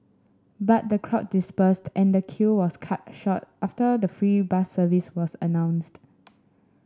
but the crowd dispersed and the queue was cut short after the free bus service was announced